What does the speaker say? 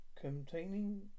Containing